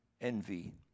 envy